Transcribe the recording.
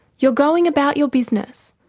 you're going about your business,